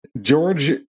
George